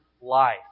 life